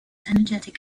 energetic